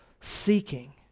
seeking